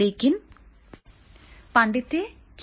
लेकिन पांडित्य क्या है